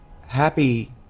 happy